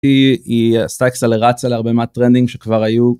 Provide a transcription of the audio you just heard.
היא עשתה אקסלרציה להרבה מהטרנדים שכבר היו.